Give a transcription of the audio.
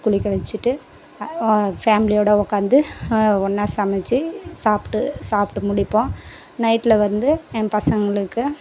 குளிக்க வச்சிட்டு ஃபேம்லியோட உட்காந்து ஒன்னாக சமைச்சி சாப்பிட்டு சாப்பிட்டு முடிப்போம் நைட்டில் வந்து என் பசங்களுக்கு